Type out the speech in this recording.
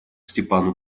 степану